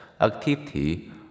activity